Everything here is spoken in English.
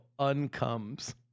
uncomes